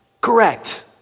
correct